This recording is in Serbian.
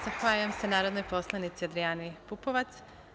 Zahvaljujem se narodnoj poslanici Adrijani Pupovac.